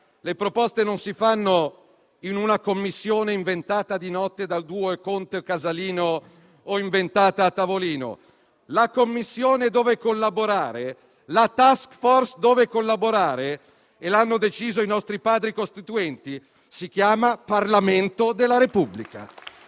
le proposte non si fanno in una Commissione inventata di notte dal duo Conte-Casalino o a tavolino. La Commissione e la *task-force* dove collaborare - l'hanno deciso i nostri Padri costituenti - si chiamano Parlamento della Repubblica.